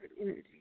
energy